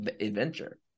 adventure